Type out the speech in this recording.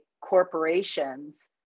corporations